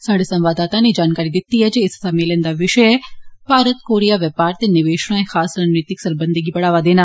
स्हाढ़े संवाददाता नै जानकारी दित्ती ऐ जे इस सम्मेलन दा विषे ऐ भारत कोरिया बपार ते निवेश राए खास रणनीतिक सरबंधे गी बढ़ावा देना